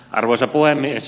arvoisa puhemies